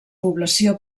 població